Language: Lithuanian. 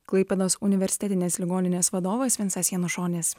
klaipėdos universitetinės ligoninės vadovas vincas janušonis